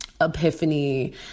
epiphany